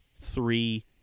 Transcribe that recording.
three